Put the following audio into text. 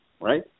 right